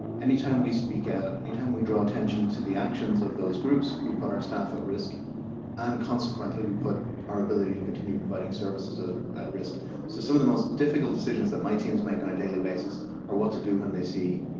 any time we speak out, any time we draw attention to the actions of those groups, we put our staff at risk and consequently we put our ability to continue providing services at risk. so some of the most difficult decisions that my teams make on a daily basis are what to do when they see